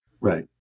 Right